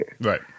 Right